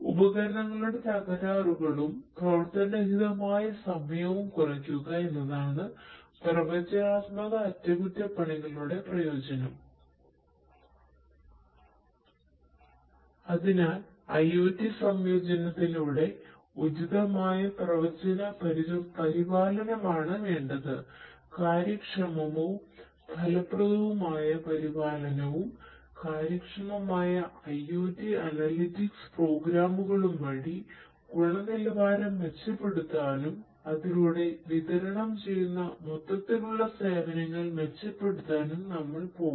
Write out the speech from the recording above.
ഉപകരണങ്ങളുടെ തകരാറുകളും പ്രവർത്തനരഹിതമായ സമയവും കുറയ്ക്കുക എന്നതാണ് പ്രവചനാത്മക അറ്റകുറ്റപ്പണിയുടെ പ്രയോജനം അതിനാൽ IOT സംയോജനത്തിലൂടെ ഉചിതമായ പ്രവചന പരിപാലനമാണ് വേണ്ടത് കാര്യക്ഷമവും ഫലപ്രദവുമായ പരിപാലനവും കാര്യക്ഷമമായ IOT അനലിറ്റിക്സ് പ്രോഗ്രാമുകളും വഴി ഗുണനിലവാരം മെച്ചപ്പെടുത്താനും അതിലൂടെ വിതരണം ചെയ്യുന്ന മൊത്തത്തിലുള്ള സേവനങ്ങൾ മെച്ചപ്പെടുത്താനും നമ്മൾ പോകുന്നു